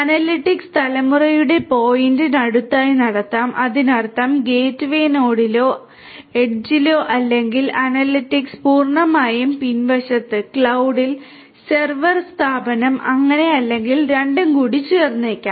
analytics തലമുറയുടെ പോയിന്റിന് അടുത്തായി നടത്താം അതിനർത്ഥം ഗേറ്റ്വേ നോഡിലോ അരികിലോ അല്ലെങ്കിൽ അനലിറ്റിക്സ് പൂർണ്ണമായും പിൻവശത്ത് ക്ലൌഡിൽ സെർവർ സെർവർ സ്ഥാപനം അങ്ങനെ അല്ലെങ്കിൽ രണ്ടും കൂടിച്ചേർന്നേക്കാം